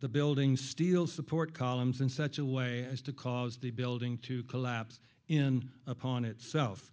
the building's steel support columns in such a way as to cause the building to collapse in upon itself